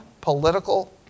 political